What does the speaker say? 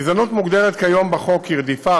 גזענות מוגדרת כיום בחוק "רדיפה,